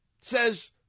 says